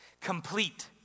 complete